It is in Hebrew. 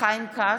חיים כץ,